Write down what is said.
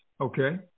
Okay